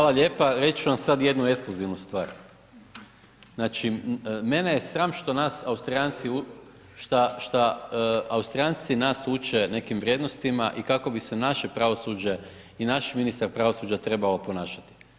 Hvala lijepa, reći ću vam sad jednu ekskluzivnu stvar, znači mene je sram što nas Austrijanci, šta Austrijanci nas uče nekim vrijednostima i kako bi se naše pravosuđe i naš ministar pravosuđa trebao ponašati.